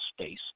space